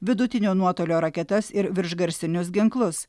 vidutinio nuotolio raketas ir viršgarsinius ginklus